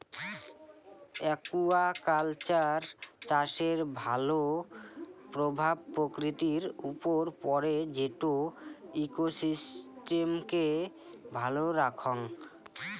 aquaculture চাষের ভাল প্রভাব প্রকৃতির উপর পড়ে যেটো ইকোসিস্টেমকে ভালো রাখঙ